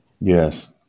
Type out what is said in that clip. Yes